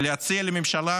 אני רוצה להציע לממשלה,